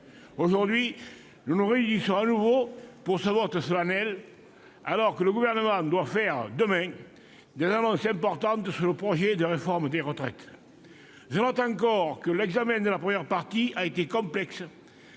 Aujourd'hui, nous nous réunissons à nouveau pour ce vote solennel, alors que le Gouvernement s'apprête demain à faire des annonces importantes concernant le projet de réforme des retraites. J'observe également que l'examen de la première partie a été complexe,